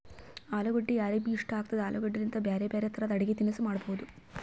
ಅಲುಗಡ್ಡಿ ಯಾರಿಗ್ಬಿ ಇಷ್ಟ ಆಗ್ತದ, ಆಲೂಗಡ್ಡಿಲಿಂತ್ ಬ್ಯಾರೆ ಬ್ಯಾರೆ ತರದ್ ಅಡಗಿ ತಿನಸ್ ಮಾಡಬಹುದ್